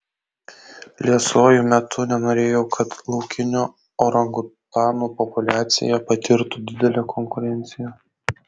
liesuoju metu nenorėjau kad laukinių orangutanų populiacija patirtų didelę konkurenciją